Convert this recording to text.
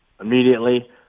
immediately